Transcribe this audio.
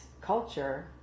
culture